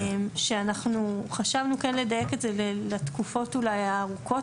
שאנחנו חשבנו כן לדייק את זה לתקופות אולי הארוכות